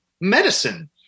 medicine